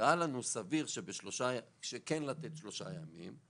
נראה לנו סביר כן לתת שלושה ימים.